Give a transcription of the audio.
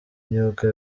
imyuga